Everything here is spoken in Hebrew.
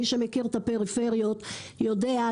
מי שמכיר את הפריפריות יודע,